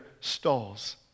stalls